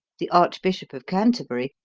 the archbishop of canterbury,